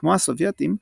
כמו הסובייטים,